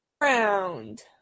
round